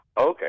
Okay